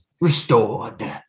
restored